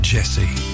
Jesse